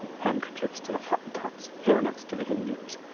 handkerchiefs to the hottentots, hair nets to the hindoos,